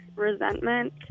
resentment